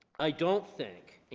i don't think you